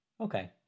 Okay